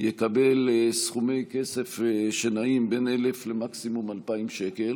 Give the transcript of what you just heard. יקבל סכומי כסף שנעים בין 1,000 שקל